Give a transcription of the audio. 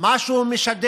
מה שהוא משדר,